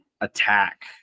attack